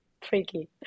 Freaky